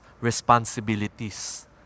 responsibilities